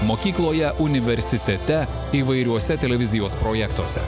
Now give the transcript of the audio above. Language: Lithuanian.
mokykloje universitete įvairiuose televizijos projektuose